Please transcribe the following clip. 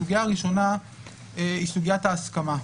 הסוגיה הראשונה היא סוגיית ההסכמה,